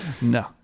No